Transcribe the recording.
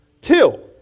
Till